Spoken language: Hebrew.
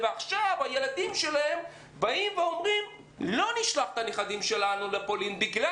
ועכשיו הילדים שלהם אומרים לא נשלח את הנכדים שלנו לפולין בגלל